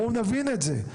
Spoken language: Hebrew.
בואו נבין את זה״.